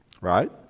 right